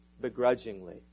begrudgingly